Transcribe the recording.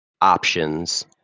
options